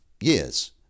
years